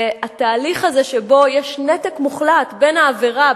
התהליך הזה שבו יש נתק מוחלט בין העבירה,